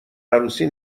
عروسی